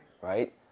right